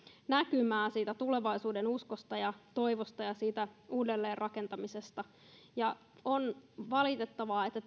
näkymää siitä tulevaisuudenuskosta ja toivosta ja siitä uudelleenrakentamisesta ja on valitettavaa että